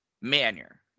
manner